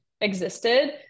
existed